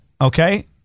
Okay